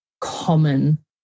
common